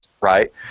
right